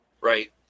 right